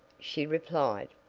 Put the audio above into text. she replied.